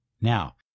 Now